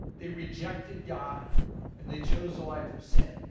they rejected god and they chose a life of sin.